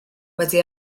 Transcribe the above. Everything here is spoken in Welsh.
wedi